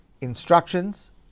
instructions